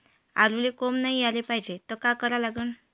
आलूले कोंब नाई याले पायजे त का करा लागन?